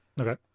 Okay